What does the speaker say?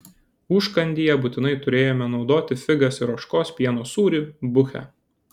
užkandyje būtinai turėjome naudoti figas ir ožkos pieno sūrį buche